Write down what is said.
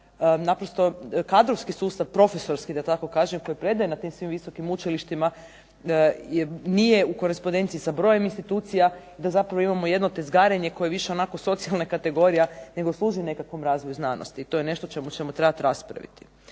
naprosto kadrovski sustav, profesorski da tako kažem koji predaje na tim svim visokim učilištima nije u korespondenciji sa brojem institucija, da zapravo imamo jedno tezgarenje koje je više onako socijalna kategorija nego služi nekakvom razvoju znanosti. To je nešto o čemu ćemo trebati raspraviti.